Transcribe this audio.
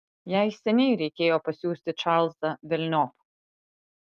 jai seniai reikėjo pasiųsti čarlzą velniop